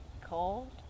cold